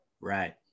Right